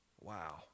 Wow